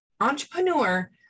entrepreneur